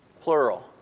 plural